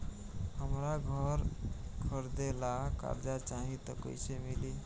हमरा घर खरीदे ला कर्जा चाही त कैसे मिली?